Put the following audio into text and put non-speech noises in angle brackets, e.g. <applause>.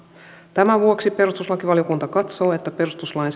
tämän vuoksi perustuslakivaliokunta katsoo että perustuslain <unintelligible>